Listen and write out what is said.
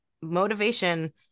motivation